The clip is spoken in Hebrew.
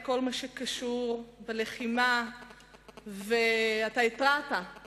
על כל מה שקשור בלחימה והתרעה על